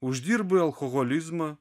uždirbai alkoholizmą